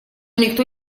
никто